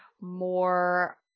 more